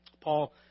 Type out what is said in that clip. Paul